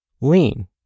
Lean